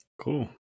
Cool